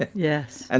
yes. and